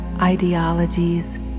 ideologies